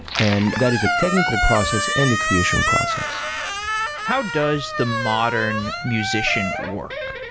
and that is a technical process and the creation process how does the modern musician work?